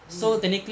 mm mm